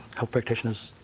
health practitioners